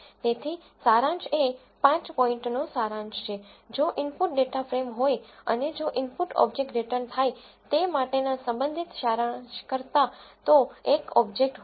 તેથી સારાંશ એ પાંચ પોઇન્ટનો સારાંશ છે જો ઇનપુટ ડેટા ફ્રેમ હોય અને જો ઈનપુટ ઓબ્જેક્ટ રીટર્ન થાય તે માટેના સંબંધિત સારાંશ કરતાં તો એક ઓબ્જેકટ હોય